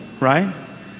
right